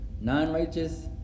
Non-righteous